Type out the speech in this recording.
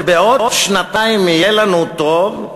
שבעוד שנתיים יהיה לנו טוב,